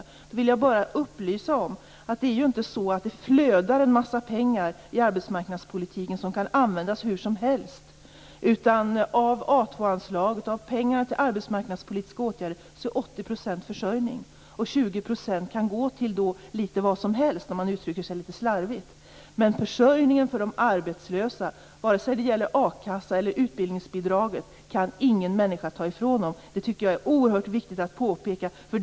Jag vill då bara upplysa om att det inte är så att det flödar en massa pengar i arbetsmarknadspolitiken som kan användas hur som helst. Av A 2-anslaget och pengarna till arbetsmarknadspolitiska åtgärder är 80 % försörjning, och 20 % kan då gå till vad som helst, om jag uttrycker mig slarvigt. De arbetslösas försörjning, oavsett om det gäller a-kassa eller utbildningsbidraget, kan ingen människa ta ifrån dem. Det tycker jag är oerhört viktigt att påpeka.